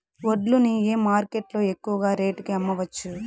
వడ్లు ని ఏ మార్కెట్ లో ఎక్కువగా రేటు కి అమ్మవచ్చు?